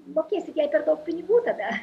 mokėsit jai per daug pinigų tada